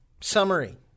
Summary